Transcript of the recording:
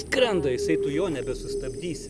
skrenda jisai tu jo nebesustabdysi